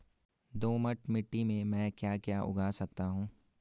दोमट मिट्टी में म ैं क्या क्या उगा सकता हूँ?